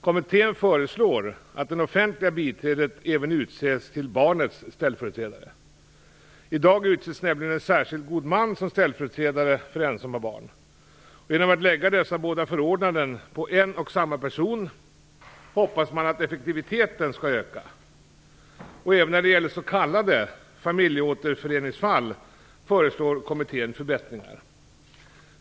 Kommittén föreslår att det offentliga biträdet även utses till barnets ställföreträdare. I dag utses nämligen en särskild god man som ställföreträdare för ensamma barn. Genom att lägga dessa båda förordnanden på en och samma person hoppas man att effektiviteten skall öka. Även när det gäller s.k. familjeåterföreningsfall föreslår kommittén förbättringar.